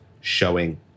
showing